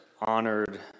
honored